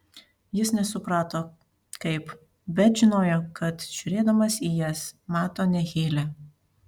jis nesuprato kaip bet žinojo kad žiūrėdamas į jas mato ne heilę